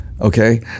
Okay